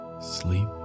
sleep